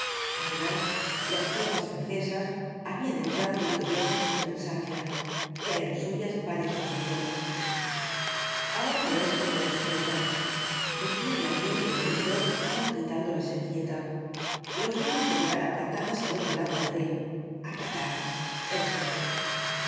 además las tropas francesas habían entrado victoriosas en alsacia ya eran suyas varias poblaciones ahora no es como en el decía blandiendo el tenedor ó agitando la servilleta los vamos á llevar á patadas al otro lado del rhin a patadas eso es